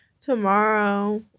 tomorrow